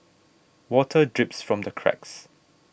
water drips from the cracks